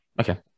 Okay